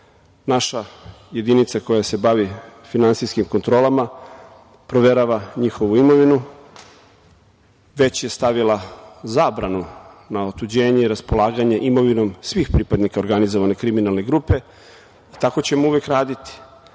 Naša jedinica koja se bavi finansijskim kontrolama proverava njihovu imovinu, već je stavila zabranu na otuđenje i raspolaganje imovinom svih pripadnika organizovane kriminalne grupe i tako ćemo uvek raditi. Znate,